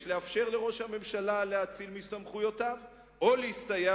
יש לאפשר לראש הממשלה להאציל מסמכויותיו או להסתייע